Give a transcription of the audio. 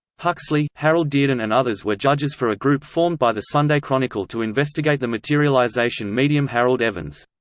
huxley, harold dearden and others were judges for a group formed by the sunday chronicle to investigate the materialization medium harold evans.